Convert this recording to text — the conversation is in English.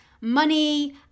money